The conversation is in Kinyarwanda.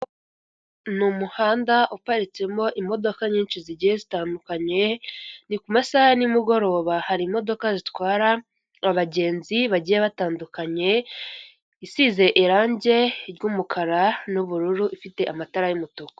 Ni umuhanda uparitsemo imodoka nyinshi zigiye zitandukanye, ni ku masaha ya nimugoroba, hari imodoka zitwara abagenzi bagiye batandukanye, isize irangi ry'umukara n'ubururu ifite amatara y'umutuku.